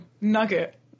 nugget